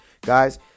Guys